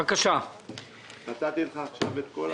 בבקשה חבר הכנסת מנסור עבאס.